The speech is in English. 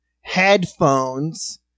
headphones